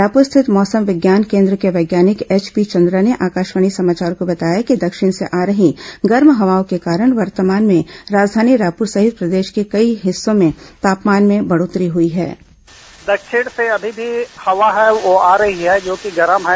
रायपुर स्थित मौसम विज्ञान केन्द्र के बैज्ञानिक एचपी चन्द्रा ने आकाशवाणी समाचार को बताया कि दक्षिण से आ रही गर्म हवाओं के कारण वर्तमान में राजधानी रायपुर सहित प्रदेश के कई हिस्सों में तापमान में बढ़ोत्तरी हुई है